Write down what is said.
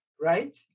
right